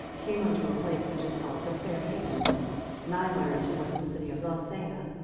came unto a place which is called the fair havens nigh whereunto was the city of lasea.